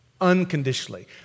Unconditionally